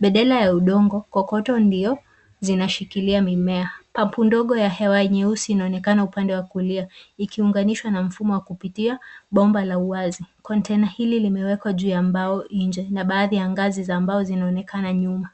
Badala ya udongo, kokoto ndiyo zinashikilia mimea. Pampu ndogo ya hewa nyeusi inaonekana upande wa kulia ikiunganishwa na mfumo wa kupitia bomba la uwazi. Kontena hili limewekwa juu ya mbao nje na baadhi ya ngazi za mbao zinaonekana nyuma.